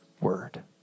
word